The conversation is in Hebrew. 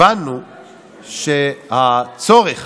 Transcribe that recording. הבנו שהצורך